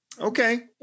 Okay